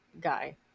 guy